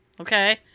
Okay